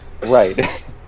right